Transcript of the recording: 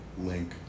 link